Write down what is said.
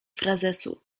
frazesu